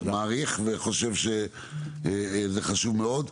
אני מעריך וחושב שזה חשוב מאוד.